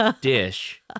dish